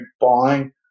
buying